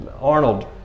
Arnold